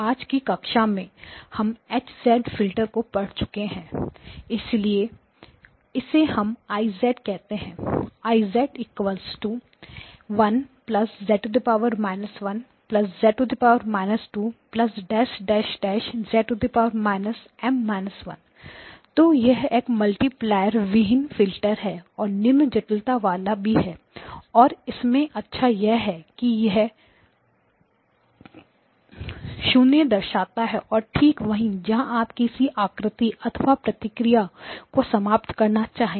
आज की कक्षा में हम H फिल्टर को पढ़ चुके हैं चलिए इसे हम I कह लेते हैं I 1 z−1z−2 z−M−1 तो यह एक मल्टीप्लायर विहीन फिल्टर है और निम्न जटिलता वाला भी है और इसमें अच्छा यह है की 2M पर यह 0 दर्शाता है और ठीक वही जहां आप किसी आकृति अथवा प्रतिक्रिया को समाप्त करना चाहेंगे